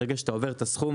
ברגע שאתה עובר את הסכום,